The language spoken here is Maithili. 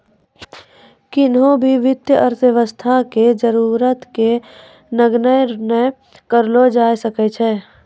किन्हो भी वित्तीय अर्थशास्त्र के जरूरत के नगण्य नै करलो जाय सकै छै